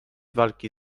walki